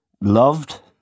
loved